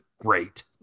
great